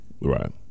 Right